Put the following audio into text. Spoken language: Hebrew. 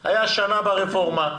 היה שנה ברפורמה,